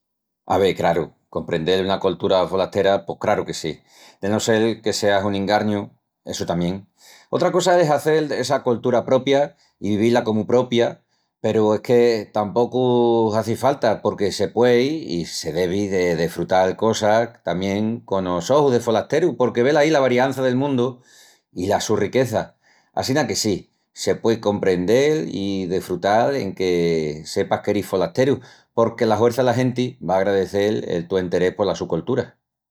Ave, craru, comprendel una coltura folastera pos craru que sí. De no sel que seas un ingarniu, essu tamién. Otra cosa es el hazel essa coltura propia i viví-la comu propia peru es que tapocu hazi falta porque se puei i se devi de desfrutal cosas tamién conos ojus de folasteru porque velaí la variança del mundu i la su riqueza. Assina que sí, se puei comprendel i desfrutal enque sepas que eris folasteru, porque la huerça la genti va a agralecel el tu enterés pola su coltura.